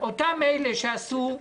אותם אלה שעשו,